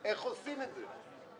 איך עושים את זה?